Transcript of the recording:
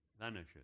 vanishes